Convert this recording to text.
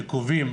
שקובעים